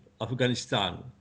afghanistan